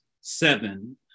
seven